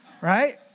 right